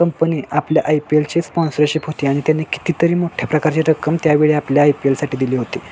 company आपल्या I P एलची sponsorship होती आणि त्यांनी कितीतरी मोठ्या प्रकारची रक्कम त्यावेळी आपल्या आय पी एलसाठी दिली होती